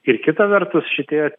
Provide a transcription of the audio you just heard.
ir kita vertus šitie